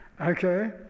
Okay